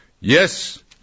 Yes